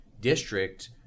district